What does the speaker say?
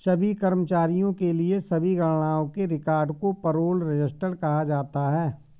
सभी कर्मचारियों के लिए सभी गणनाओं के रिकॉर्ड को पेरोल रजिस्टर कहा जाता है